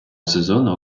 сезону